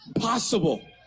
possible